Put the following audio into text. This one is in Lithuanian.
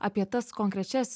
apie tas konkrečias